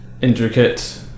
intricate